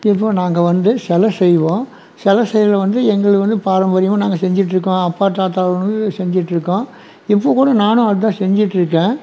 இப்போ நாங்கள் வந்து சில செய்வோம் சில செய்யறது வந்து எங்களுக்கு வந்து பாரம்பரியமாக நாங்கள் செஞ்சிட்டுருக்கோம் அப்பா தாத்தாவுலருந்து செஞ்சிட்டுருக்கும் இப்போக்கூட நானும் அதான் செஞ்சிட்டுருக்கேன்